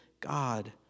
God